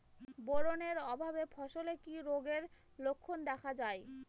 Boron এর অভাবে ফসলে কি রোগের লক্ষণ দেখা যায়?